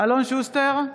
אלון שוסטר,